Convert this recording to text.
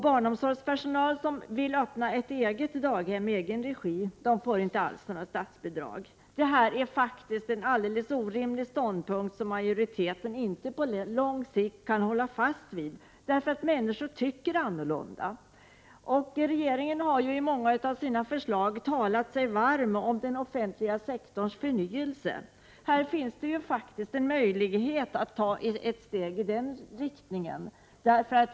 Barnomsorgspersonal som vill öppna daghem i egen regi får inte några statsbidrag alls. Detta är faktiskt en alldeles orimlig ståndpunkt, som majoriteten inte på lång sikt kan hålla fast vid. Människor tycker annorlunda. Regeringen har i många av sina förslag talat sig varm för en förnyelse av den offentliga sektorn. Här finns det faktiskt en möjlighet att ta ett steg i den riktningen.